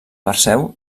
perseu